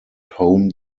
home